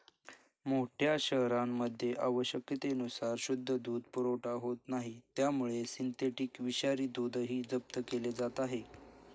मोठ्या शहरांमध्ये आवश्यकतेनुसार शुद्ध दूध पुरवठा होत नाही त्यामुळे सिंथेटिक विषारी दूधही जप्त केले जात आहे